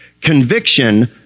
Conviction